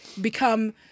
become